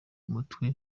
mutwe